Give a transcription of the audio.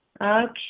Okay